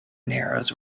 narrows